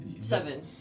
seven